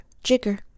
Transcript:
Jigger